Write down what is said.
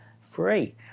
free